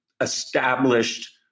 established